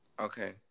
Okay